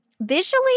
visually